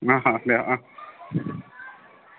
অ অ